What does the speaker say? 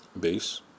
base